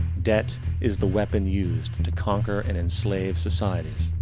debt is the weapon used to conquer and enslave societies,